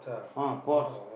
ah pots